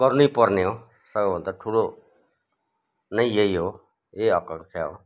गर्नै पर्ने हो सबैभन्दा ठुलो नै यही हो यही आकांक्षा हो